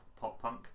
pop-punk